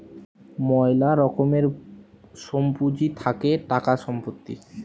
ময়লা রকমের সোম পুঁজি থাকে টাকা, সম্পত্তি